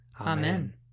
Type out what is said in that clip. Amen